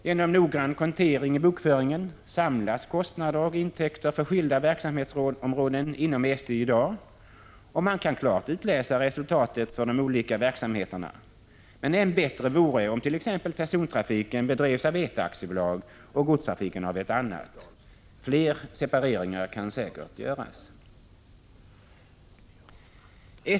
Genom noggrann kontering i bokföringen samlas kostnader och intäkter för skilda verksamhetsområden inom SJ i dag, och man kan klart utläsa resultatet för de olika verksamheterna, men än lättare vore det om t.ex. persontrafiken bedrevs av ett aktiebolag och godstrafiken av ett annat. Fler separeringar kan säkert göras.